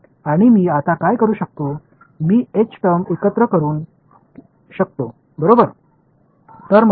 आणि मी आता काय करू शकतो मी एच टर्म्स एकत्र करू शकतो बरोबर